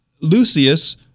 Lucius